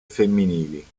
femminili